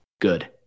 good